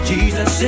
Jesus